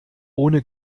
ohne